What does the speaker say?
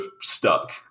stuck